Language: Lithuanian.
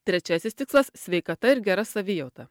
trečiasis tikslas sveikata ir gera savijauta